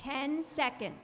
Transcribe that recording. ten second